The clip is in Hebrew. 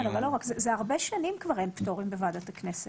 הרבה שנים כבר אין פטורים בוועדת הכנסת.